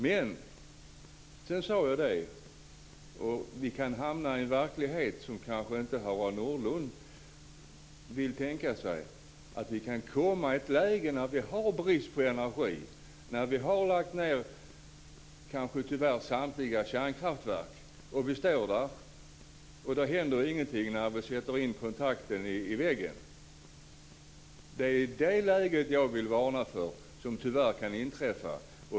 Men sedan sade jag att vi kan hamna i en verklighet som Harald Nordlund kanske inte vill tänka sig, att vi kan komma i ett läge när vi har brist på energi, när vi tyvärr kanske har lagt ned samtliga kärnkraftverk och vi står där och det inte händer något när vi sätter in kontakten i väggen. Det är det läget som jag vill varna för. Det kan tyvärr inträffa.